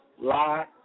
lie